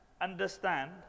understand